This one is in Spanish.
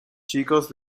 chicos